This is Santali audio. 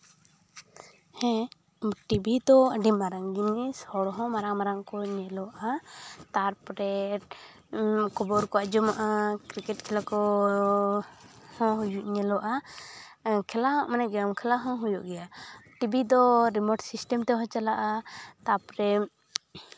ᱦᱮᱸ ᱴᱤᱵᱷᱤ ᱫᱚ ᱟᱹᱰᱤ ᱢᱟᱨᱟᱝ ᱡᱤᱱᱤᱥ ᱦᱚᱲᱦᱚᱸ ᱢᱟᱨᱟᱝ ᱢᱟᱨᱟᱝ ᱠᱚ ᱧᱮᱞᱚᱜᱼᱟ ᱛᱟᱨᱯᱚᱨᱮ ᱠᱷᱚᱵᱚᱨ ᱠᱚ ᱟᱸᱡᱚᱢᱟ ᱠᱨᱤᱠᱮᱴ ᱠᱷᱮᱞᱟ ᱠᱚᱦᱚᱸ ᱧᱮᱞᱚᱜᱼᱟ ᱠᱷᱮᱞᱟ ᱦᱚᱸ ᱢᱟᱱᱮ ᱠᱷᱮᱞᱟ ᱦᱚᱸ ᱦᱩᱭᱩᱜ ᱜᱮᱭᱟ ᱴᱤᱵᱷᱤ ᱫᱚ ᱨᱤᱢᱳᱨᱴ ᱥᱤᱥᱴᱮᱢ ᱛᱮᱦᱚᱸ ᱪᱟᱞᱟᱜᱼᱟ ᱛᱟᱨᱯᱚᱨᱮ